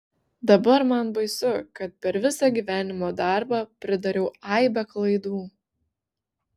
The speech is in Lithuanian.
dabar man baisu kad per visą gyvenimo darbą pridariau aibę klaidų